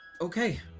okay